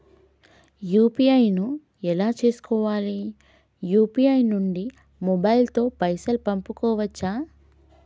UPI ను ఎలా చేస్కోవాలి యూ.పీ.ఐ నుండి మొబైల్ తో పైసల్ పంపుకోవచ్చా?